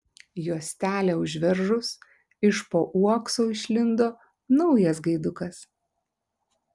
juostelę užveržus iš po uokso išlindo naujas gaidukas